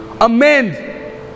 amend